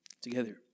together